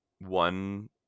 one